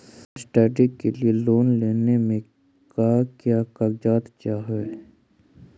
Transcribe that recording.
Study के लिये loan लेने मे का क्या कागजात चहोये?